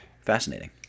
fascinating